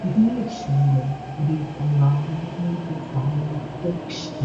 priešingai reikalavimai dizainui aukšti